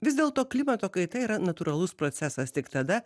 vis dėlto klimato kaita yra natūralus procesas tik tada